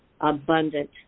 abundant